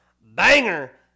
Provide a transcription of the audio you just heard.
Banger